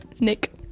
nick